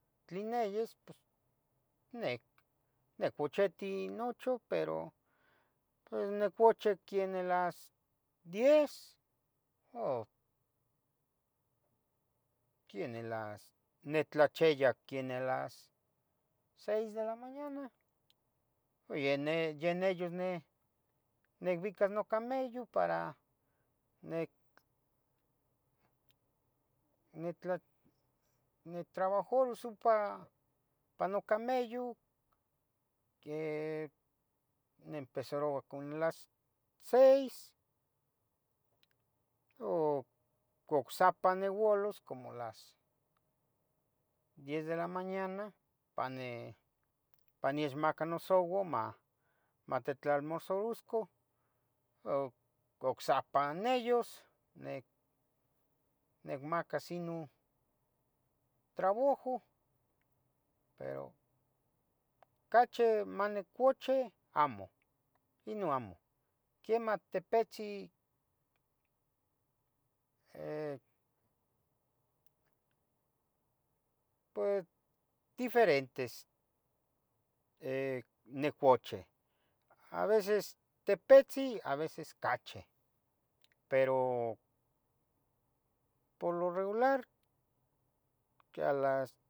Tlin ayis pos, ni nicuchitiu nochu pero, pues nicuchi queneh las diez au, queneh las, nitlachia queneh las seis de la mañana, iyaneh yaneyus neh nicbicas nocamello, para, para nic nitla nitrabajorus ompa pa nocamello, que niempezaroua como las seis, ou ocsapa niualas como las diez de la mañana pani paniechmaca nosouau ma, matitlalmurzarusco, u ocsapa neyus, nic nicmacas ino traboju, pero cachi manicochi amo, ino amo, quiemah tipetzi, pue diferentes nicuchi a veces tepetzi a veces ocachi, pero por lo regular queh a las.